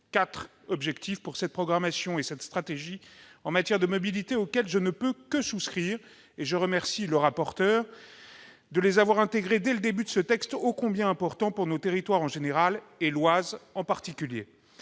quatre objectifs pour cette programmation et cette stratégie en matière de mobilité auxquels je ne peux que souscrire. Je remercie le rapporteur de les avoir intégrés dès le début de ce texte ô combien important pour nos territoires en général, et pour l'Oise en particulier.